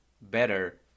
better